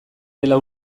dela